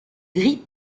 gris